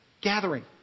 Gathering